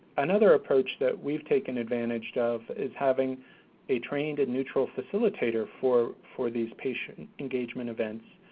another approach that we've taken advantage of is having a trained and neutral facilitator for for these patient engagement events.